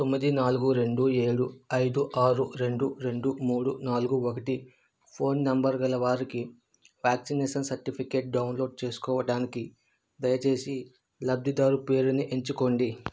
తొమ్మిది నాలుగు రెండు ఏడు ఐదు ఆరు రెండు రెండు మూడు నాల్గు ఒకటి ఫోన్ నంబర్ గల వారికి వ్యాక్సినేషన్ సర్టిఫికేట్ డౌన్లోడ్ చేసుకోవడానికి దయచేసి లబ్ధిదారు పేరుని ఎంచుకోండి